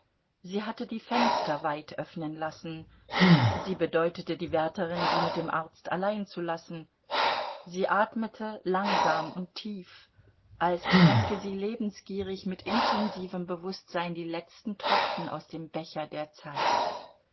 sie hatte die fenster weit öffnen lassen sie bedeutete die wärterin sie mit dem arzt allein zu lassen sie atmete langsam und tief als tränke sie lebensgierig mit intensivem bewußtsein die letzten tropfen aus dem becher der zeit